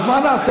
אז מה נעשה?